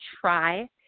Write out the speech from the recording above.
try